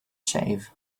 shave